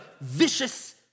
vicious